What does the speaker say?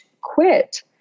quit